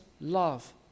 love